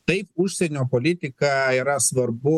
taip užsienio politika yra svarbu